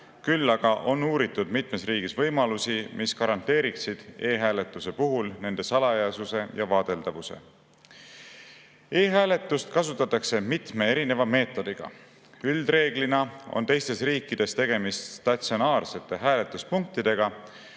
küll aga on mitmes riigis uuritud võimalusi, mis garanteeriksid e‑hääletuse puhul selle salajasuse ja vaadeldavuse. E-hääletust kasutatakse mitme meetodiga. Üldreeglina on teistes riikides tegemist statsionaarsete hääletuspunktidega,